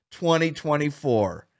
2024